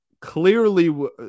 clearly